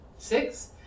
Six